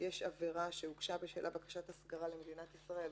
יש עבירה שהוגשה בשלה בקשת הסגרה למדינת ישראל.